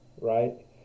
right